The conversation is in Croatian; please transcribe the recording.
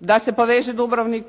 da se poveže Dubrovnik